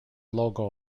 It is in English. logo